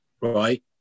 right